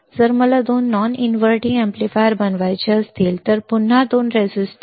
जर मला दोन नॉन इनव्हर्टिंग एम्पलीफायर बनवायचे असतील तर पुन्हा दोन रेझिस्टर